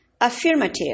Affirmative